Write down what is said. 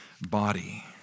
body